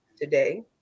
today